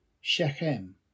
Shechem